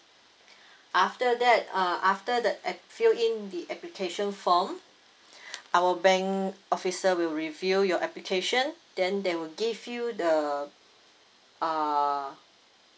after that uh after the ap~ fill in the application form our bank officer will review your application then they will give you the uh